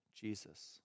Jesus